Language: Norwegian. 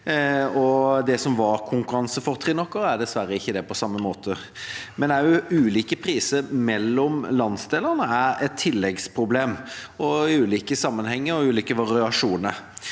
Det som var konkurransefortrinnet vårt, er dessverre ikke det på samme måte nå. Men også ulike priser mellom landsdelene er et tilleggsproblem, i ulike sammenhenger og med ulike variasjoner.